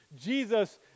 Jesus